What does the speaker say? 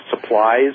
supplies